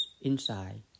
inside